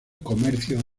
comercio